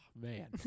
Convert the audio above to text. man